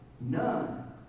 none